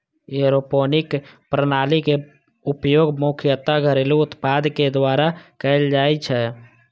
aeroponic प्रणालीक उपयोग मुख्यतः घरेलू उत्पादक द्वारा कैल जाइ छै